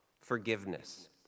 forgiveness